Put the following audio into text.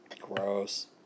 Gross